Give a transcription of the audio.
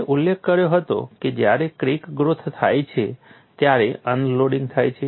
મેં ઉલ્લેખ કર્યો હતો કે જ્યારે ક્રેક ગ્રોથ થાય છે ત્યારે અનલોડિંગ થાય છે